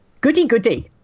goody-goody